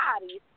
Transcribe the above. bodies